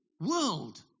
world